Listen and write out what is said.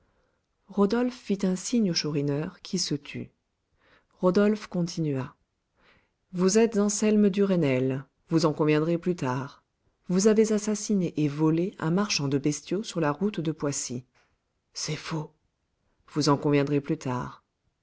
rodolphe fit un signe au chourineur qui se tut rodolphe continua vous êtes anselme duresnel vous en conviendrez plus tard vous avez assassiné et volé un marchand de bestiaux sur la route de poissy c'est faux vous en conviendrez plus tard